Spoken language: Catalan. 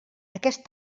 aquest